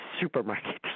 supermarket